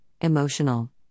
emotional